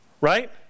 Right